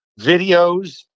videos